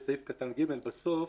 בסעיף קטן (ג), בסוף,